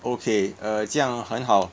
okay err 这样很好